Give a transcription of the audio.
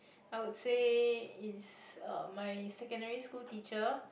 I would say it's uh my secondary school teacher